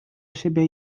siebie